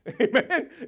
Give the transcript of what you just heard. Amen